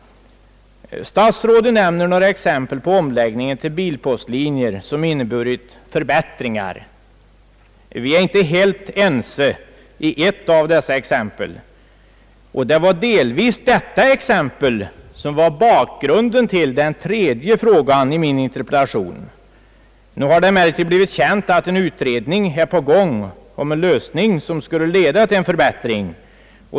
Statsrådet nämner några exempel på omläggningar till bilpostlinjer som inneburit förbättringar. Vi är inte helt ense i ett av dessa exempel, och det var delvis detta exempel som var bakgrunden till den tredje frågan i min interpellation. Nu har det emellertid blivit känt att en utredning är på gång om en lösning som skulle leda till en förbättring.